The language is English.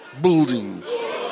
Buildings